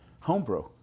homebrew